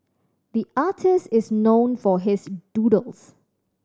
the artist is known for his doodles